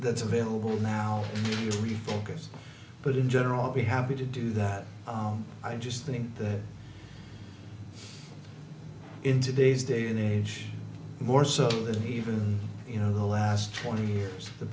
that's available now refocus but in general be happy to do that i just think that in today's day and age more so than even you know the last twenty years the